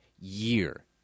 year